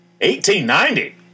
1890